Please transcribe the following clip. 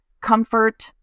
comfort